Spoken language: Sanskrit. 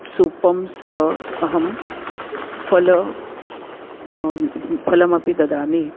सूपं सह अहं फलानि फलमपि ददामि